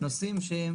נושאים שהם